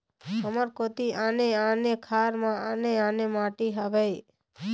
हमर कोती आने आने खार म आने आने माटी हावे?